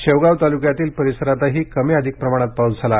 शेवगाव तालुक्यातील परिसरातही कमी अधिक प्रमाणात पाऊस झाला